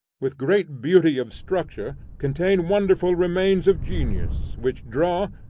with great beauty of structure, contain wonderful remains of genius, which draw,